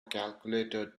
calculator